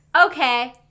okay